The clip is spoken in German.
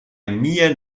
mir